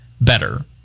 better